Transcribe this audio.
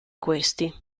questi